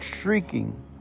shrieking